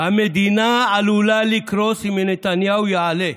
"המדינה עלולה לקרוס אם נתניהו יעלה,